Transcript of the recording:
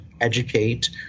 educate